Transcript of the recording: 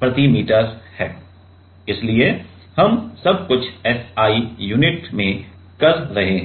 प्रति मीटर है इसलिए हम सब कुछ SI यूनिट में कर रहे हैं